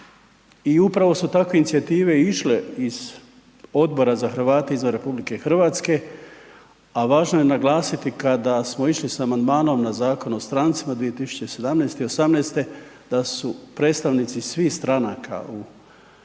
i upravo su takve inicijative išle iz Odbora za Hrvate izvan RH, a važno je naglasiti kada smo išli s amandmanom na Zakon o strancima 2017. i '18., da su predstavnici svih stranaka u Hrvatskom